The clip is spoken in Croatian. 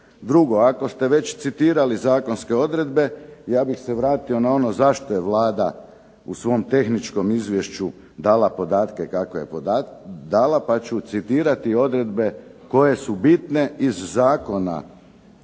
Drugo, ako ste već citirali zakonske odredbe ja bih se vratio na ono zašto je Vlada u svom tehničkom izvješću dala podatke kakve je dala, pa ću citirati odredbe koje su bitne iz Zakona